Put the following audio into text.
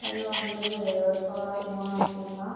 அது வந்து ஒரு சுவாரசியமான விஷயம் தான்